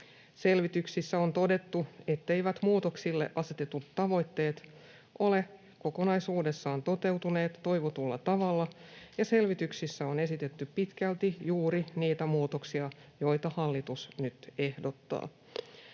Selvityksissä on todettu, etteivät muutoksille asetetut tavoitteet ole kokonaisuudessaan toteutuneet toivotulla tavalla, ja selvityksissä on esitetty pitkälti juuri niitä muutoksia, joita hallitus nyt ehdottaa.